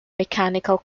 mechanical